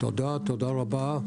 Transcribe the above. תודה רבה.